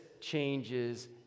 changes